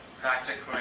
practically